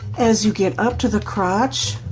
as you get up to the crotch